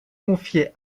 confiée